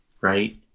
Right